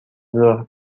ظهر